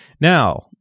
Now